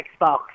Xbox